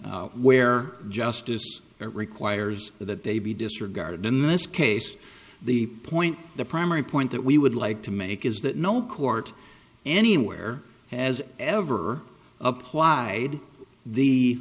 where justice requires that they be disregarded in this case the point the primary point that we would like to make is that no court anywhere has ever applied the